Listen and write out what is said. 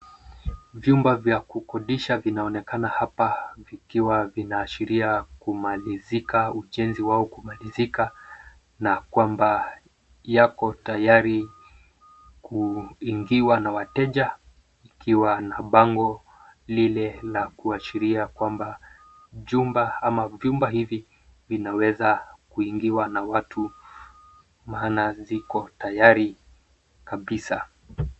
Vyumba vya kukodisha vinaonekana hapa vikiwa vinaashiria kumalizika, ujenzi wao kumalizika na kwamba yako tayari kuingiwa na wateja ikiwa na bango lile la kuashiria kwamba jumba au vyumba hivi vinaweza kuingiwa na watu maana ziko tayari kabisa.